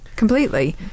completely